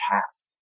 tasks